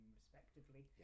respectively